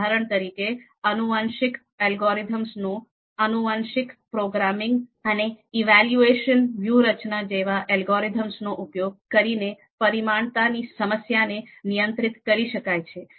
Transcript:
ઉદાહરણ તરીકે આનુવંશિક અલ્ગોરિધમનો આનુવંશિક પ્રોગ્રામિંગ અને ઇવોલ્યુશન વ્યૂહરચના જેવા અલ્ગોરિધમનો ઉપયોગ કરીને પરિમાણતાની સમસ્યાને નિયંત્રિત કરી શકાય છે